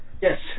Yes